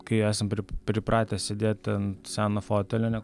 kai esam pripratę sėdė ant seno fotelio ne